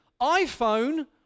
iPhone